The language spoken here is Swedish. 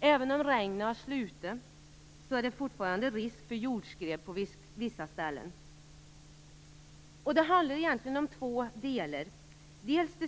Även om regnet har slutat är det fortfarande risk för jordskred på vissa ställen. Det handlar egentligen om två delar.